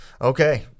Okay